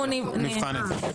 נבחן את זה.